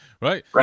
right